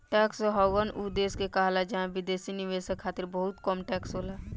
tax haven उ देश के कहाला जहां विदेशी निवेशक खातिर बहुते कम टैक्स होला